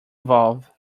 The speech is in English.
valve